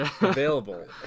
available